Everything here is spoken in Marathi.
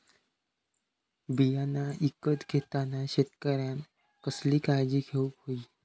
बियाणा ईकत घेताना शेतकऱ्यानं कसली काळजी घेऊक होई?